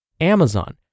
Amazon